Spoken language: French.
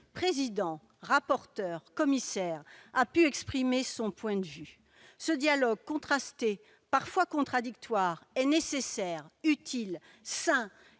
président, rapporteur, commissaire, a pu y exprimer son point de vue. Ce dialogue contrasté, parfois contradictoire, est nécessaire, utile, sain,